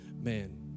man